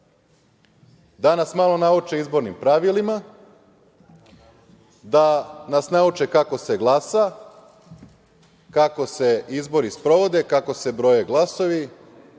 da nas malo nauče izbornim pravilima, da nas nauče kako se glasa, kako se izbori sprovode, kako se broje glasovi,